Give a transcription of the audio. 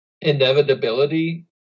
inevitability